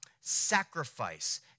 sacrifice